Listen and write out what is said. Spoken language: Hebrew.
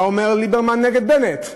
מה אומר ליברמן נגד בנט?